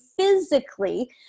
physically